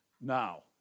Now